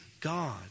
God